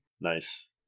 Nice